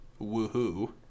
woohoo